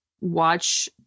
watch